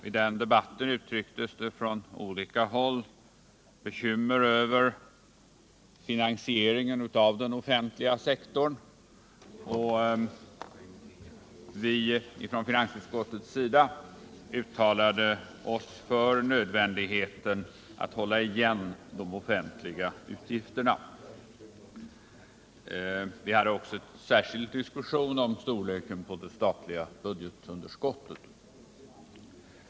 I den debatten uttrycktes det från olika håll bekymmer över finansieringen av den offentliga sektorn, och från finansutskottets sida uttalade vi oss för nödvändigheten att hålla igen de offentliga utgifterna. Vi hade också en särskild diskussion om storleken av det statliga budgetunderskottet.